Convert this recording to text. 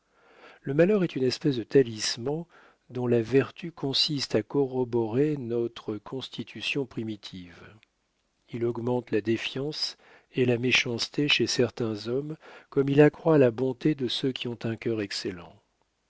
le malheur est une espèce de talisman dont la vertu consiste à corroborer notre constitution primitive il augmente la défiance et la méchanceté chez certains hommes comme il accroît la bonté de ceux qui ont un cœur excellent